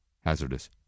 hazardous